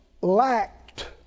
lacked